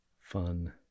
fun